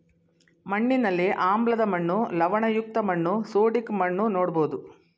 ಮಣ್ಣಿನಲ್ಲಿ ಆಮ್ಲದ ಮಣ್ಣು, ಲವಣಯುಕ್ತ ಮಣ್ಣು, ಸೋಡಿಕ್ ಮಣ್ಣು ನೋಡ್ಬೋದು